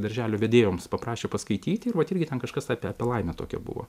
darželio vedėjoms paprašė paskaityti ir vat irgi ten kažkas apie apie laimę tokią buvo